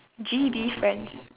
G_B friends